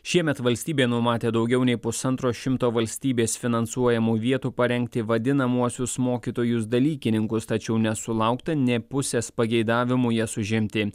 šiemet valstybė numatė daugiau nei pusantro šimto valstybės finansuojamų vietų parengti vadinamuosius mokytojus dalykininkus tačiau nesulaukta nė pusės pageidavimų jas užimti